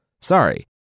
Sorry